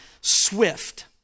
swift